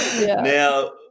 Now